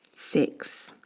six,